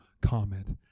comment